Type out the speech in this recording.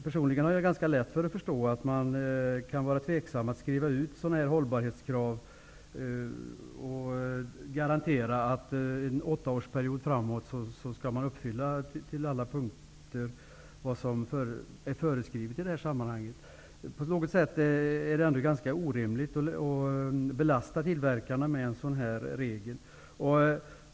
Personligen har jag lätt att förstå att man kan vara tveksam till att utfärda sådana intyg som garanterar att det som är föreskrivet i detta sammanhang till alla punkter skall uppfyllas under en åttaårsperiod framöver. På något sätt är det ändå ganska orimligt att belasta tillverkarna med en regel av den här typen.